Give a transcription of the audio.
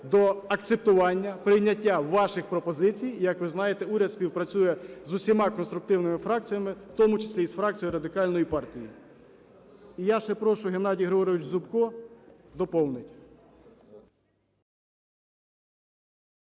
до акцентування, прийняття ваших пропозицій. Як ви знаєте, уряд співпрацює з усіма конструктивними фракціями, в тому числі і з фракцією Радикальної партії. І я ще прошу, Геннадій Григорович Зубко доповнить.